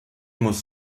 muss